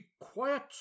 quiet